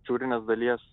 šiaurinės dalies